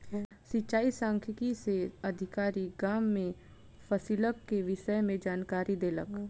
सिचाई सांख्यिकी से अधिकारी, गाम में फसिलक के विषय में जानकारी देलक